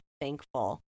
thankful